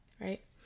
right